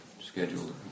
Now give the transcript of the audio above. scheduled